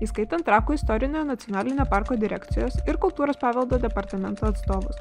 įskaitant trakų istorinio nacionalinio parko direkcijos ir kultūros paveldo departamento atstovus